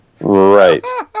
Right